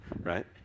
right